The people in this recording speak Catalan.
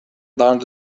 doncs